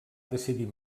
decidir